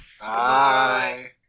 Bye